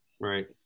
Right